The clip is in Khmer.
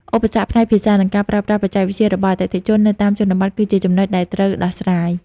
ឧបសគ្គផ្នែកភាសា និងការប្រើប្រាស់បច្ចេកវិទ្យារបស់អតិថិជននៅតាមជនបទគឺជាចំណុចដែលត្រូវដោះស្រាយ។